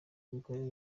imikorere